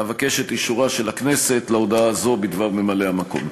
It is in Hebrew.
אבקש את אישורה של הכנסת להודעה הזאת בדבר ממלאי-המקום.